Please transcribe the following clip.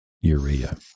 urea